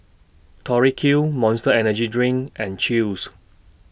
Tori Q Monster Energy Drink and Chew's